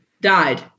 died